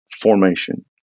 formation